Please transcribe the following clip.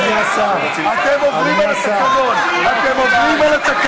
הממשלה ממילא מתפרקת,